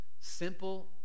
simple